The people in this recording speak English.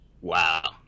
Wow